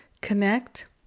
connect